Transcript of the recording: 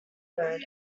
bird